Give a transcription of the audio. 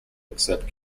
accept